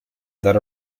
that